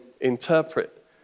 interpret